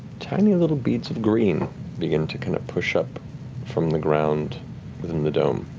tiny little beads of green begin to kind of push up from the ground within the dome.